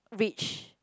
rich